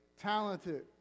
talented